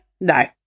No